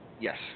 Yes